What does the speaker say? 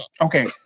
Okay